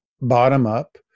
bottom-up